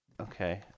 okay